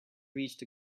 reached